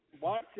Watch